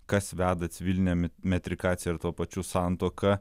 kas veda civilinę metrikaciją ir tuo pačiu santuoka